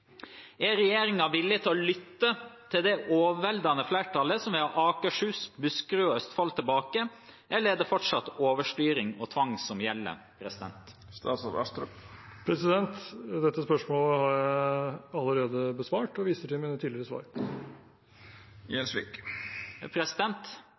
Er regjeringen villig til å lytte til det overveldende flertallet som vil ha Akershus, Buskerud og Østfold tilbake, eller er det fortsatt overstyring og tvang som gjelder?» Dette spørsmålet har jeg allerede besvart og viser til mine tidligere svar.